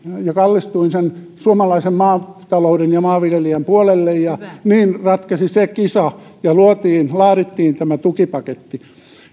ja kallistuin suomalaisen maatalouden ja maanviljelijän puolelle ja niin ratkesi se kisa ja luotiin laadittiin tämä tukipaketti